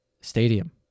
stadium